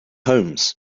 homes